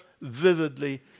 vividly